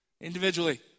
individually